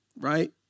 right